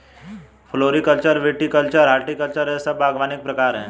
floriculture, viticulture, horticulture यह सब बागवानी के प्रकार है